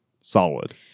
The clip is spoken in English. solid